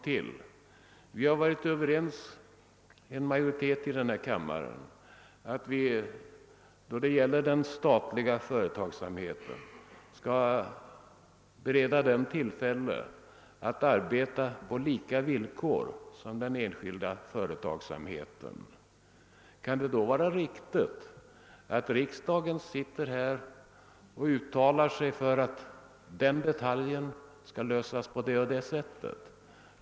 En majoritet i denna kammare har varit överens om att vi bör se till att den statliga verksamheten bereds tillfälle att arbeta på ungefär samma villkor som den enskilda företagsamheten. Kan det då vara riktigt att riksdagen uttalar sig för att en viss detalj skall lösas på det eller det sättet?